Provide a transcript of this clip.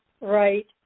right